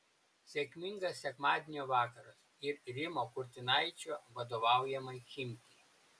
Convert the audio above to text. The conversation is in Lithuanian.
sėkmingas sekmadienio vakaras ir rimo kurtinaičio vadovaujamai chimki